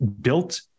built